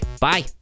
Bye